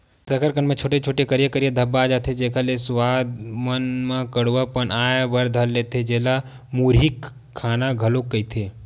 कसरकंद म छोटे छोटे, करिया करिया धब्बा आ जथे, जेखर ले सुवाद मन म कडुआ पन आय बर धर लेथे, जेला मुरही खाना घलोक कहिथे